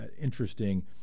interesting